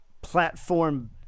platform